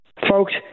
Folks